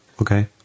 Okay